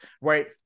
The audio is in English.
right